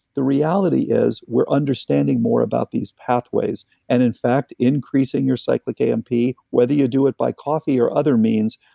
the reality is, we're understanding more about these pathways and, in fact, increasing your cyclic amp whether you do it by coffee or other means,